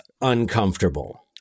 uncomfortable